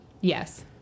Yes